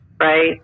Right